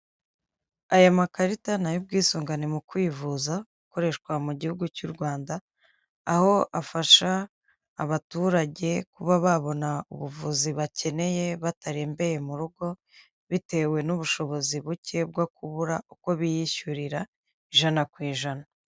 Aya makarita ni ay'ubwisungane mu kwivuza akoreshwa mu gihugu cy'u Rwanda, aho afasha abaturage kuba babona ubuvuzi bakeneye batarembeye mu rugo, bitewe n'ubushobozi buke bwo kubura uko biyishyurira ijana ku ijana.